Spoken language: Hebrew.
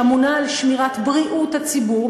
שאמונה על שמירת בריאות הציבור,